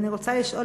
אני רוצה לשאול,